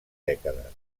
dècades